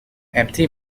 empty